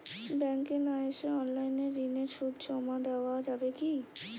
ব্যাংকে না এসে অনলাইনে ঋণের সুদ জমা দেওয়া যাবে কি?